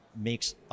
makes